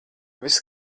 viss